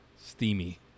Steamy